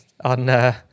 on